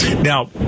Now